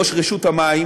בראש רשות המים